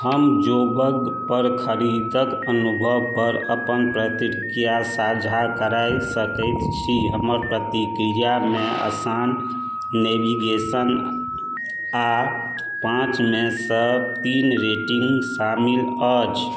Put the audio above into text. हम जोबोंग पर खरीदारीक अनुभव पर अपन प्रतिक्रिया साझा करय सकैत छी हमर प्रतिक्रियामे आसान नेवीगेशन आ पाँच मे सँ तीन रेटिंग शामिल अछि